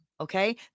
Okay